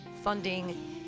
funding